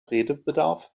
redebedarf